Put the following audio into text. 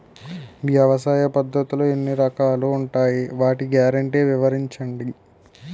వ్యవసాయ పద్ధతులు ఎన్ని రకాలు ఉంటాయి? వాటి గ్యారంటీ వివరించండి?